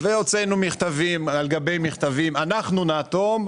הוצאנו מכתבים על גבי מכתבים: "אנחנו נאטום,